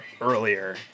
earlier